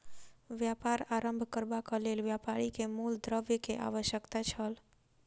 व्यापार आरम्भ करबाक लेल व्यापारी के मूल द्रव्य के आवश्यकता छल